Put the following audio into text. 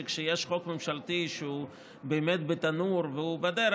שכשיש חוק ממשלתי שהוא באמת בתנור והוא בדרך,